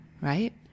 right